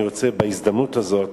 אני רוצה בהזדמנות הזאת